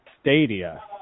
Stadia